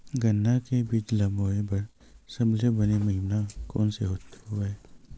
गन्ना के बीज ल बोय बर सबले बने महिना कोन से हवय?